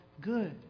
good